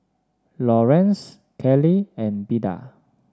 Lorenz Kellie and Beda